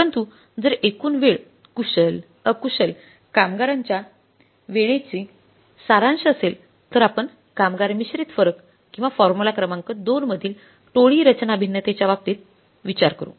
परंतु जर एकूण वेळ कुशल अकुशल कामगारांच्या वेळेची सारांश असेल तर आपण कामगार मिश्रित फरक किंवा फॉर्म्युला क्रमांक 2 मधील टोळी रचना भिन्नतेच्या बाबतीचा विचार करू